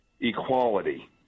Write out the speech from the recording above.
equality